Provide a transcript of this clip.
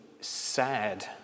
sad